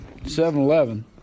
7-Eleven